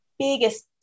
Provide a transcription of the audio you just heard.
biggest